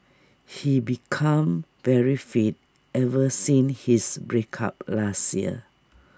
he became very fit ever since his break up last year